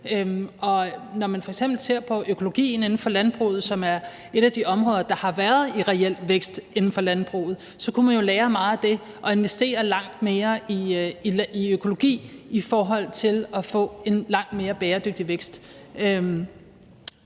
når man f.eks. ser på økologien inden for landbruget, som er et af de områder, der har været i reel vækst inden for landbruget, så kunne man jo lære meget af det og investere langt mere i økologi i forhold til at få en langt mere bæredygtig vækst.